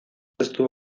testu